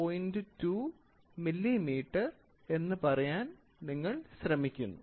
2 millimetre എന്ന് പറയാൻ നിങ്ങൾ ശ്രമിക്കുന്നു